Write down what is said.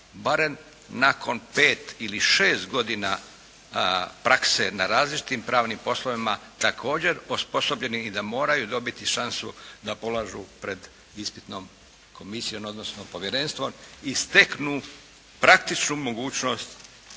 barem nakon 5 ili 6 godina prakse na različitim pravnim poslovima također osposobljeni i da moraju dobiti šansu da polažu pred ispitnom komisijom, odnosno povjerenstvom i steknu praktičnu mogućnost